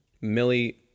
Millie